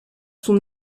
son